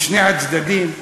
משני הצדדים.